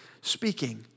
speaking